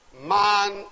Man